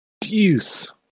Deuce